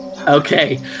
Okay